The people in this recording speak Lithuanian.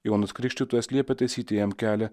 jonas krikštytojas liepia taisyti jam kelią